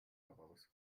heraus